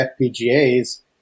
FPGAs